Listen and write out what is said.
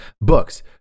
books